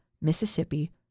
Mississippi